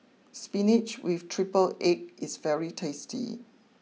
spinach with triple Egg is very tasty